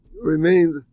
remains